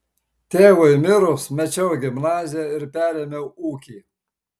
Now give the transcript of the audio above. tėvui mirus mečiau gimnaziją ir perėmiau ūkį